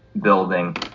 building